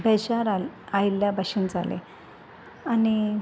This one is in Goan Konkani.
बेजार आ आयिल्ल्या भाशेन जालें आनी